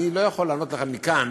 אני לא יכול לענות לך מכאן